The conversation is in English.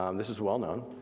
um this is well known.